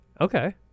Okay